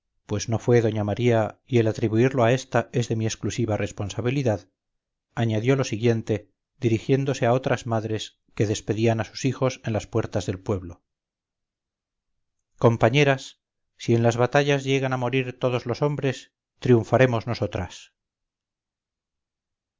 de aquel tiempo que puedo mostrar al que desee verlos la mujer que las pronunciara pues no fue doña maría y el atribuirlo a esta es de mi exclusiva responsabilidad añadió lo siguiente dirigiéndose a otras madres que despedían a sus hijos en las puertas del pueblo compañeras si en las batallas llegan a morir todos los hombres triunfaremos nosotras salimos